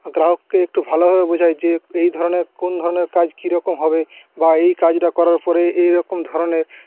গ্রাহককে একটু ভালোভাবে বোঝাই যে এই ধরনের কোন ধরনের কাজ কি রকম হবে বা এই কাজটা করার পড়ে এই রকম ধরনের